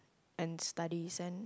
and studies and